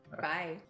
bye